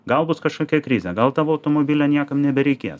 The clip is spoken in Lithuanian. gal bus kažkokia krizė gal tavo automobilio niekam nebereikės